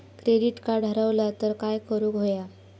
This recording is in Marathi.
क्रेडिट कार्ड हरवला तर काय करुक होया?